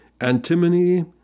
antimony